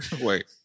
wait